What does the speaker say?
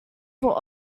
for